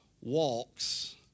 walks